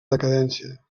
decadència